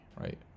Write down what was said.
right